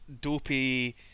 dopey